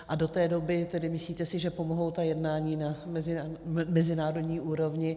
A do té doby tedy, myslíte si, že pomohou ta jednání na mezinárodní úrovni?